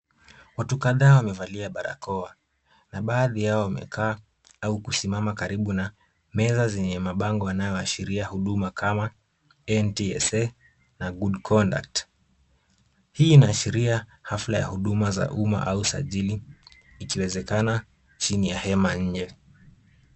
Watu kadhaa wamevalia barakoa na baadhi yao wamekaa au kusimama karibu na meza zenye mabango yanayoashiria huduma ka NTSA na good conduct . Hii inaashiria hafla ya huduma za umma au usajili ikiwezekana chini ya hema nje.